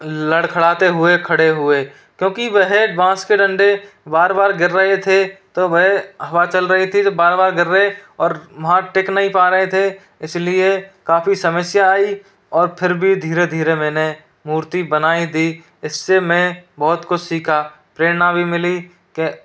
लड़खड़ाते हुए खड़े हुए क्योंकि वह बाँस के डंडे बार बार गिर रहे थे तो वह हवा चल रही थी तो बार बार गिर रहे और वहाँ टिक नहीं पा रहे थे इसलिए काफ़ी समस्या आई और फिर भी धीरे धीरे मैंने मूर्ति बनाई ही दी इससे मैं बहुत कुछ सीखा प्रेरणा भी मिली के